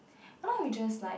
but now we just like